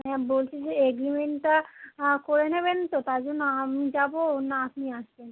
হ্যাঁ বলছি যে এগ্রিমেন্টটা করে নেবেন তো তার জন্য আমি যাবো না আপনি আসবেন